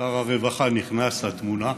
שר הרווחה נכנס לתמונה,